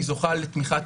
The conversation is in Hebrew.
היא זוכה לתמיכת,